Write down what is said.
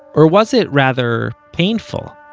or was it, rather, painful,